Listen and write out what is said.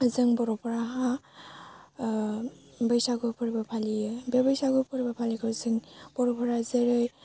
जों बर'फोरा हा बैसागु फोरबो फालियो बे बैसागो फोरबो फालिखौ जों बर'फोरा जेरै